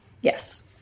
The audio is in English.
Yes